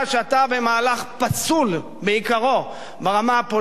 במהלך פסול מעיקרו ברמה הפוליטית,